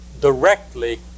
directly